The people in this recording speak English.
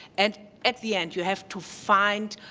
and at the end you have to find